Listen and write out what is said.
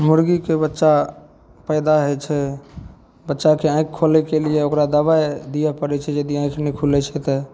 मुरगीके बच्चा पैदा होइ छै बच्चाके आँखि खोलैके लिए ओकरा दवाइ दिए पड़ै छै यदि आँखि नहि खुलै छै तऽ